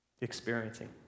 experiencing